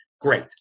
great